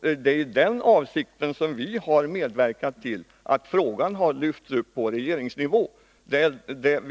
Det är i den avsikten vi har medverkat till att frågan har lyfts upp på regeringsnivå. Vi